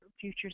future